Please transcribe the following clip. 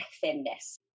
thinness